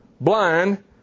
blind